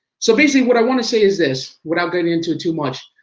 so basically what i wanna say is this, without going into too much